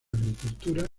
agricultura